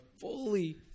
fully